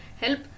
help